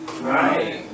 Right